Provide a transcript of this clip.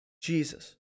Jesus